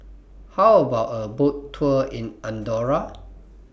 How about A Boat Tour in Andorra